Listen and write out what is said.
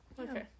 okay